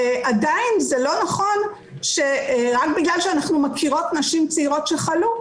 עדיין זה לא נכון שרק בגלל שאנחנו מכירות נשים צעירות שחלו,